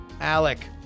Alec